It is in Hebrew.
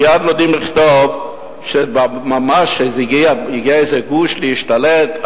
מייד יודעים לכתוב שממש הגיע איזה גוש להשתלט,